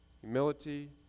humility